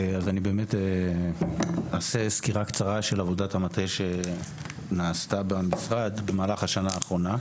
אני אעשה סקירה קצרה של עבודת המטה שנעשתה במשרד במהלך השנה האחרונה.